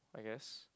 I guess